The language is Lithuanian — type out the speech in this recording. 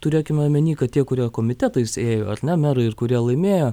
turėkime omeny kad tie kurie komitetais ėjo ar ne merai ir kurie laimėjo